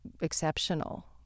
exceptional